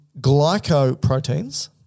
glycoproteins